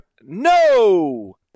No